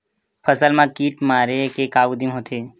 फसल मा कीट मारे के का उदिम होथे?